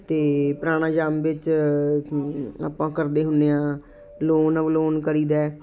ਅਤੇ ਪ੍ਰਾਣਾਯਾਮ ਵਿੱਚ ਆਪਾਂ ਕਰਦੇ ਹੁੰਦੇ ਹਾਂ ਅਨੁਲੋਮ ਵਿਲੋਮ ਕਰੀਦਾ ਹੈ